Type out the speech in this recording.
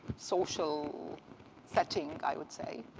social setting, i would say.